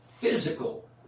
physical